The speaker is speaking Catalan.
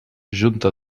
junta